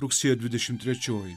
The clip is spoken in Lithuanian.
rugsėjo dvidešimt trečioji